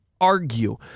Argue